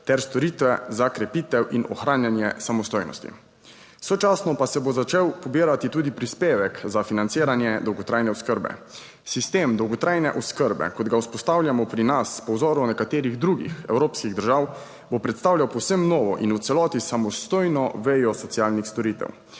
ter storitve za krepitev in ohranjanje samostojnosti. Sočasno pa se bo začel pobirati tudi prispevek za financiranje dolgotrajne oskrbe. Sistem dolgotrajne oskrbe, kot ga vzpostavljamo pri nas po vzoru nekaterih drugih evropskih držav, bo predstavljal povsem novo in v celoti samostojno vejo socialnih storitev.